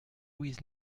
louise